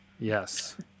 Yes